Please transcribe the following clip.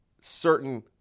certain